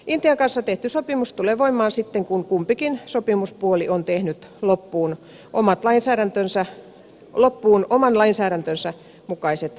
intian kanssa tehty sopimus tulee voimaan sitten kun kumpikin sopimuspuoli on tehnyt loppuun oman lainsäädäntönsä mukaiset voimaansaattamistoimet